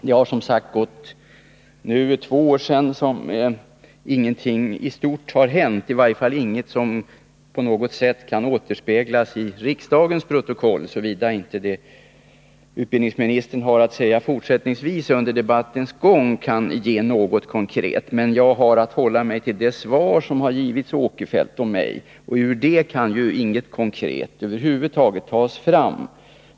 Det har som sagt nu gått två år och ingenting har hänt, i varje fall ingenting som på något sätt kan återspeglas i riksdagens protokoll, såvida inte det utbildningsministern har att säga fortsättningsvis under debattens gång kan ge något konkret. Men jag har att hålla mig till det svar som har givits Sven Eric Åkerfeldt och mig. Ur det kan inget konkret över huvud taget tas fram.